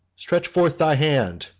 stretch forth thy hand.